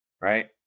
Right